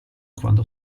quando